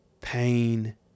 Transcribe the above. pain